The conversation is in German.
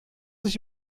dich